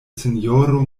sinjoro